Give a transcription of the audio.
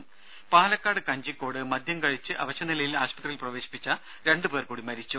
ദേദ പാലക്കാട് കഞ്ചിക്കോട് മദ്യം കഴിച്ചു അവശനിലയിൽ ആശുപത്രിയിൽ പ്രവേശിപ്പിച്ച രണ്ടു പേർ കൂടി മരിച്ചു